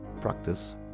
Practice